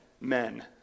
Men